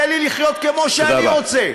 תן לי לחיות כמו שאני רוצה.